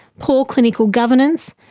poor clinical governance,